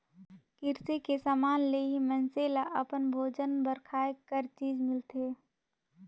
किरसी के समान ले ही मइनसे ल अपन भोजन बर खाए कर चीज मिलथे